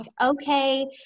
okay